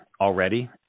already